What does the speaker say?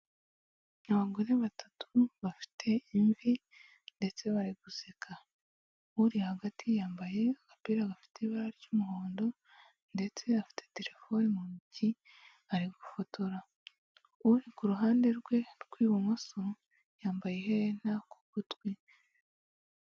Abagore batatu bafite imvi ndetse bari guseka. Uri hagati yambaye agapira gafite ibara ry'umuhondo ndetse afite terefone mu ntoki ari gufotora. Uri ku ruhande rwe rw'ibumoso yambaye iherena ku gutwi.